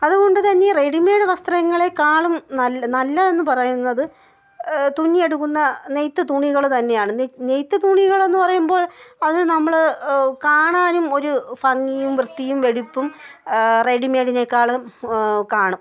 അതുകൊണ്ട് തന്നെ റെഡിമെയ്ഡ് വസ്ത്രങ്ങളെക്കാളും നല്ല നല്ലതെന്ന് പറയുന്നത് തുന്നിയെടുക്കുന്ന നെയ്ത്ത് തുണികൾ തന്നെയാണ് നെയ്ത് തുണികളെന്ന് പറയുമ്പോൾ അത് നമ്മൾ കാണാനും ഒരു ഭംഗിയും വൃത്തിയും വെടിപ്പും റെഡിമെയ്ഡിനെക്കാളും കാണും